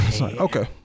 Okay